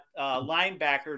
linebacker